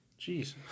Jeez